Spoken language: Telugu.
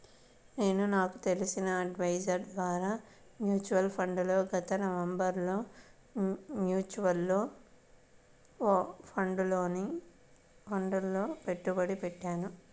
నేను నాకు తెలిసిన అడ్వైజర్ ద్వారా మ్యూచువల్ ఫండ్లలో గత నవంబరులో మ్యూచువల్ ఫండ్లలలో పెట్టుబడి పెట్టాను